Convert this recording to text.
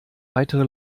weitere